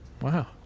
wow